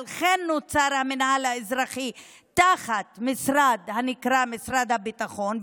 המינהל האזרחי תחת משרד הנקרא משרד הביטחון,